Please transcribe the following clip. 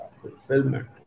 fulfillment